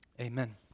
Amen